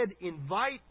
invite